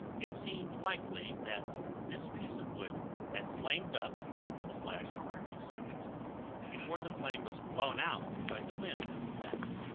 it seemed likely that this piece of wood had flamed up under the flash for a few seconds before the flame was blown out by the wind of the blast.